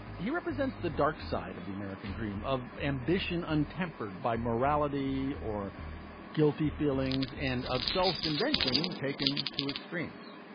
he represents the dark side of the american dream of ambition, untempered by morality or guilty feelings, and of self-invention taken to extremes